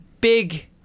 big